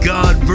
God